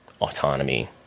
autonomy